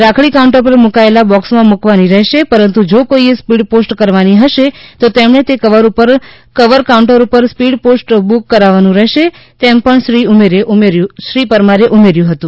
રાખડી કાઉન્ટર પર મૂકાયેલા બોક્સમાં મૂકવાની રહેશે પરંતુ જો કોઇએ સ્પીડ પોસ્ટ કરવાની હશે તો તેમણે તે કવર કાઉન્ટર પર સ્પીડ પોસ્ટ બુક કરાવવાનું રહેશે તેમ પણ શ્રી પરમારે ઉમેર્યું હતું